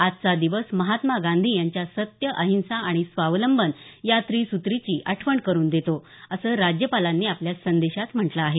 आजचा दिवस महात्मा गांधी यांच्या सत्य अहिंसा आणि स्वावलंबन या त्रिसूत्रीची आठवण करून देतो असं राज्यपालांनी आपल्या संदेशात म्हटलं आहे